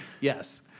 Yes